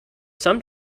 some